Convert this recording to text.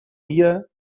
dia